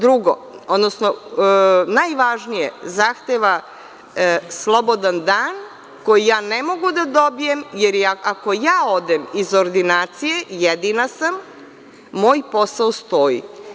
Drugo, odnosno najvažnije zahteva slobodan dan koji ne mogu da dobijem, jer ako odem iz ordinacije, jedina sam, moj posao stoji.